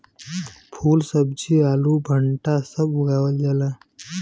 फूल सब्जी आलू भंटा सब उगावल जाला